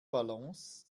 balance